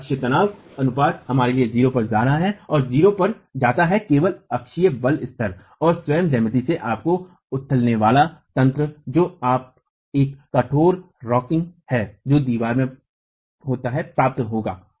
यह अक्षीय तनाव अनुपात हमारे लिए 0 पर जा रहा है और 0 पर जाता है केवल अक्षीय बल स्तर और स्वयं ज्यामिति से आपको उथलनेवाला तंत्र जो एक कठोर रॉकिंग है जो दीवार में होता है प्राप्त होगा